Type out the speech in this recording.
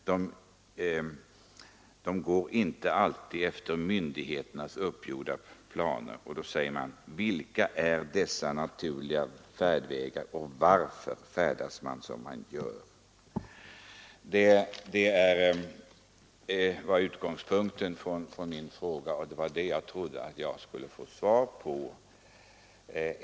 Dessa går inte alltid efter myndigheternas uppgjorda planer. Vilka är dessa naturliga färdvägar, och varför färdas man som man gör? Det var detta jag trodde jag skulle få svar på.